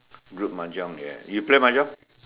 group Mahjong ya you play Mahjong